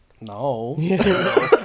No